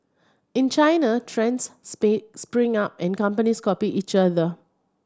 in China trends spring up and companies copy each other